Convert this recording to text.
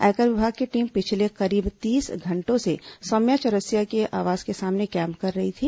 आयकर विभाग की टीम पिछले करीब तीस घंटों से सौम्या चौरसिया के आवास के सामने कैम्प कर रही थी